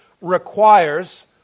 requires